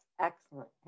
Excellent